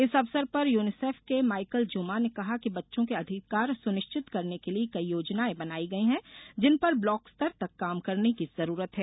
इस अवसर पर यूनिसेफ के माइकल जुमा ने कहा कि बच्चों के अधिकार सुनिश्चित करने के लिए कई योजनायें बनाई गई हैं जिन पर ब्लाक स्तर तक काम करने की जरूरत है